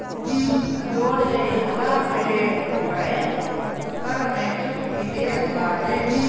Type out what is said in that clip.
loan लेहला पे bank कर में छुट भी देत बाटे